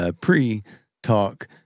pre-talk